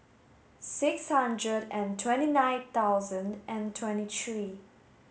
six hundred and twenty nine thousand and twenty three